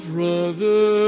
Brother